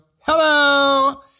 Hello